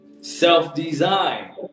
Self-design